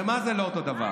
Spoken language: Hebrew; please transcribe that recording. זה מה זה לא אותו דבר,